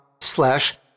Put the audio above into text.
slash